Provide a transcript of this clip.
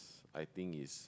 I think it's